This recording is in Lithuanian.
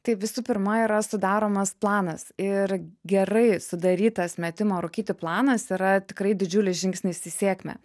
tai visų pirma yra sudaromas planas ir gerai sudarytas metimo rūkyti planas yra tikrai didžiulis žingsnis į sėkmę